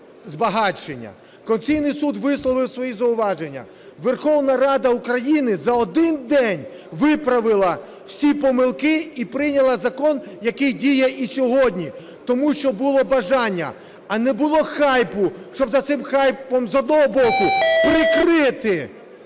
збагачення. Конституційний Суд висловив свої зауваження, Верховна Рада України за один день виправила всі помилки і прийняла закон, який діє і сьогодні. Тому що було бажання, а не було хайпу, щоб за цим хайпом, з одного боку, прикрити